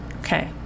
Okay